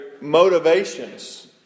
motivations